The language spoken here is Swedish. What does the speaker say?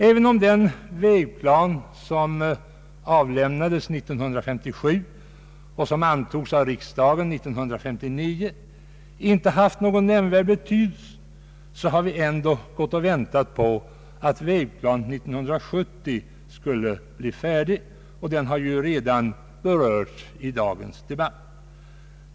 Även om den vägplan som avlämnats år 1957 och som antogs av riksdagen år 1959 inte har haft någon nämnvärd betydelse har vi ändå gått och väntat på att Vägplan 70 skulle bli färdig. Denna vägplan har ju redan berörts i dagens debatt.